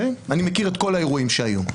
אני מכיר את כל האירועים שהיו.